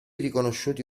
riconosciuti